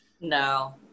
No